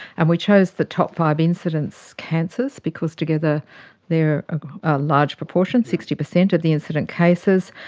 and we chose the top five incidence cancers because together they are a large proportion, sixty percent of the incident cases,